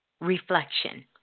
Reflection